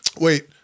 Wait